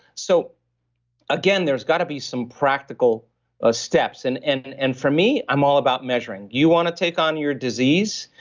so again, there's got to be some practical ah steps. and and and for me i'm all about measuring. you want to take on your disease,